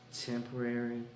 temporary